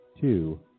Two